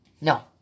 No